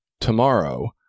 tomorrow